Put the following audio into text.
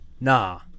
Nah